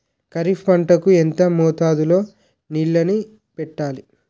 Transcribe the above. ఖరిఫ్ పంట కు ఎంత మోతాదులో నీళ్ళని పెట్టాలి?